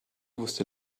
wusste